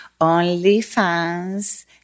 OnlyFans